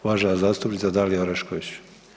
Uvažena zastupnica Dalija Orešković.